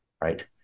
right